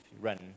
Run